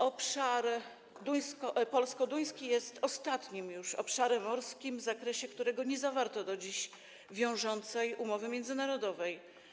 Obszar polsko-duński jest już ostatnim obszarem morskim, w zakresie którego nie zawarto do dziś wiążącej umowy międzynarodowej.